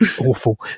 awful